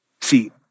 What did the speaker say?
See